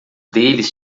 deles